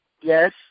Yes